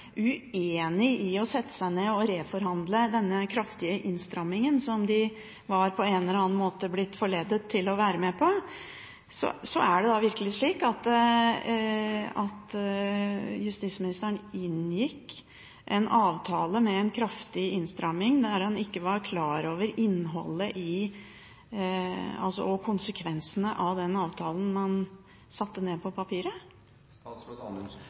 uenig i at de skulle sette seg ned og reforhandle denne kraftige innstrammingen som de på en eller annen måte var blitt forledet til å være med på. Er det da virkelig slik at justisministeren inngikk en avtale med en kraftig innstramming når han ikke var klar over innholdet og konsekvensene av den avtalen man satte ned på papiret?